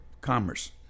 Commerce